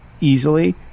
easily